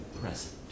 present